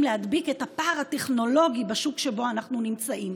להדביק את הפער הטכנולוגי בשוק שבו אנחנו נמצאים.